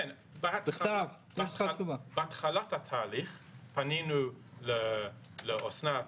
בתחילת התהליך פנינו לאסנת.